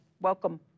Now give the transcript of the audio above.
Welcome